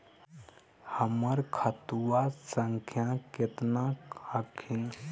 हमर खतवा संख्या केतना हखिन?